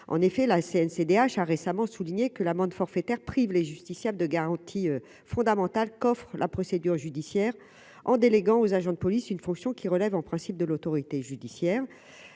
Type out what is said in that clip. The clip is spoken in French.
en effet, la Cncdh a récemment souligné que l'amende forfaitaire prive les justiciables de garanties fondamentales coffre la procédure judiciaire en déléguant aux agents de police, une fonction qui relèvent en principe de l'autorité judiciaire,